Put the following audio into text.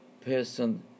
person